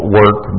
work